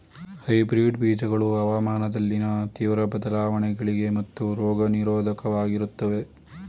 hybrid ಬೀಜಗಳು ಹವಾಮಾನದಲ್ಲಿನ ತೀವ್ರ ಬದಲಾವಣೆಗಳಿಗೆ ಮತ್ತು ರೋಗ ನಿರೋಧಕವಾಗಿರುತ್ತವೆ